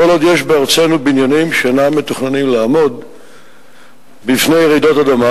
כל עוד יש בארצנו בניינים שאינם מתוכננים לעמוד בפני רעידות אדמה.